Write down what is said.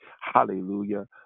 Hallelujah